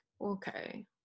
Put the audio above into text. Okay